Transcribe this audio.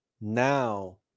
now